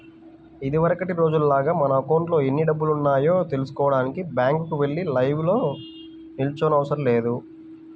ఇదివరకటి రోజుల్లాగా మన అకౌంట్లో ఎన్ని డబ్బులున్నాయో తెల్సుకోడానికి బ్యాంకుకి వెళ్లి లైన్లో నిల్చోనవసరం లేదు